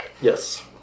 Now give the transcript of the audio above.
Yes